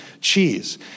cheese